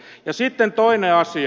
ja sitten toinen asia